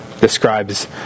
describes